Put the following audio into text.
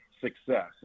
success